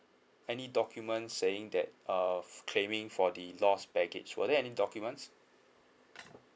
any documents saying that uh claiming for the lost baggage were there any documents